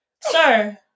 sir